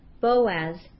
Boaz